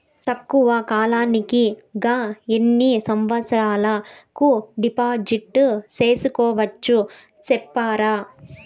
తక్కువ కాలానికి గా ఎన్ని సంవత్సరాల కు డిపాజిట్లు సేసుకోవచ్చు సెప్తారా